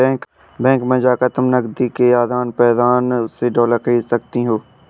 bank में जाकर तुम नकदी के आदान प्रदान से डॉलर खरीद सकती हो